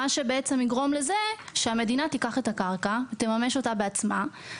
מה שבעצם יגרום לזה שהמדינה תיקח את הקרקע ותממש אותה בעצמה.